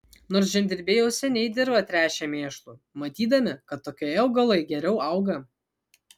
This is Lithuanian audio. nors žemdirbiai jau seniai dirvą tręšė mėšlu matydami kad tokioje augalai geriau auga